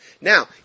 Now